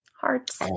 Hearts